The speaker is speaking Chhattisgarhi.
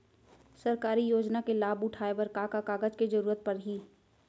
सरकारी योजना के लाभ उठाए बर का का कागज के जरूरत परही